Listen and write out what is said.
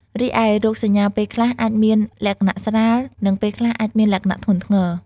រីឯរោគសញ្ញាពេលខ្លះអាចមានលក្ខណៈស្រាល និងពេលខ្លះអាចមានលក្ខណៈធ្ងន់ធ្ងរ។